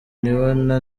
nibona